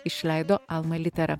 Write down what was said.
išleido alma littera